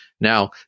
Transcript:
Now